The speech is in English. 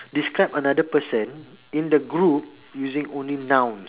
describe another person in the group using only nouns